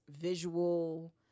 visual